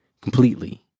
completely